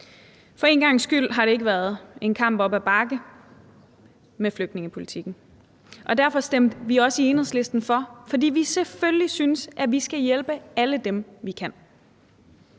For en gangs skyld har det ikke været en kamp op ad bakke med flygtningepolitikken, og derfor stemte vi også i Enhedslisten for, fordi vi selvfølgelig synes, at vi skal hjælpe alle dem, vi kan.